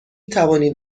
توانید